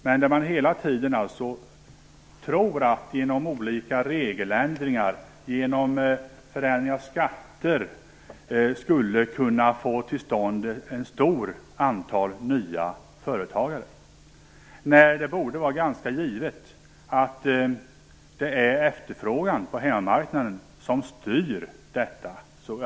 De tror att man genom olika regeländringar och förändring av skatter skulle kunna få till stånd ett stort antal nya företagare. Det borde ju vara ganska givet att det i hög grad är efterfrågan på hemmamarknaden som styr detta.